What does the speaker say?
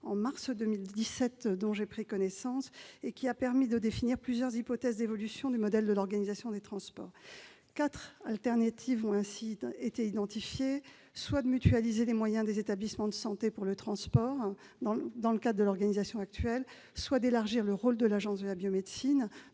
en mars 2017 a permis de définir plusieurs hypothèses d'évolution du modèle de l'organisation des transports. Quatre possibilités ont ainsi été identifiées : mutualiser les moyens des établissements de santé pour les transports, dans le cadre de l'organisation actuelle ; élargir le rôle de l'Agence de la biomédecine